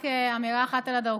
רק אמירה אחת על הדרכונים,